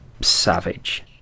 savage